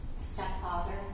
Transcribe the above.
stepfather